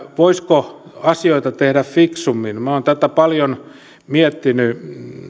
voisiko asioita tehdä fiksummin minä olen tätä paljon miettinyt